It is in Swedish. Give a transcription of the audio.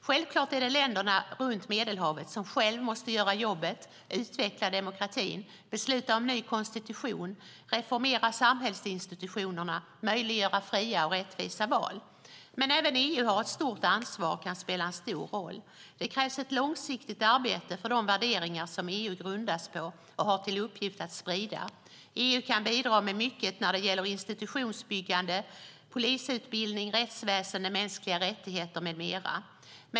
Självklart är det länderna runt Medelhavet som själva måste göra jobbet, utveckla demokratin, besluta om ny konstitution, reformera samhällsinstitutionerna och möjliggöra fria och rättvisa val. Men även EU har ett stort ansvar och kan spela en stor roll. Det krävs ett långsiktigt arbete för de värderingar som EU grundas på och har till uppgift att sprida. EU kan bidra med mycket när det gäller institutionsbyggande, polisutbildning, rättsväsen, mänskliga rättigheter med mera.